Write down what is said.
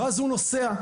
ונוסע,